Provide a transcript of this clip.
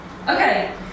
Okay